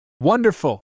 wonderful